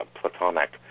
Platonic